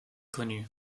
connu